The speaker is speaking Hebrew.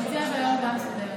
נוציא הודעה מסודרת.